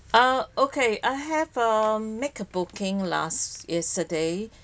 ah okay I have err make a booking last yesterday